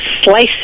slice